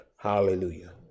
Hallelujah